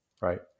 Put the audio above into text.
right